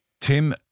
Tim